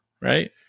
right